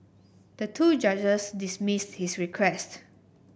the two judges dismissed his request